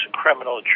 criminal